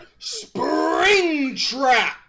Springtrap